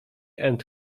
and